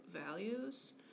values